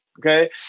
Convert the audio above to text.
okay